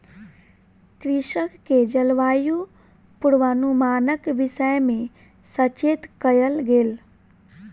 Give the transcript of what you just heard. कृषक के जलवायु पूर्वानुमानक विषय में सचेत कयल गेल